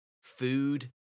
food